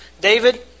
David